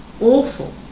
awful